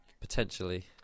potentially